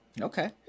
okay